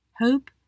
Hope